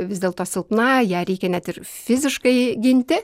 vis dėl to silpna ją reikia net ir fiziškai ginti